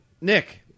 Nick